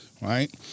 Right